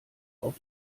auf